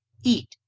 Eat